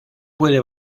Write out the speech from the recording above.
puede